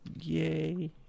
Yay